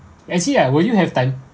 actually like will you have done